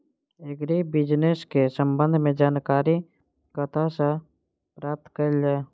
Agri business केँ संबंध मे जानकारी कतह सऽ प्राप्त कैल जाए?